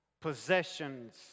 possessions